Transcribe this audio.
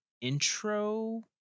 intro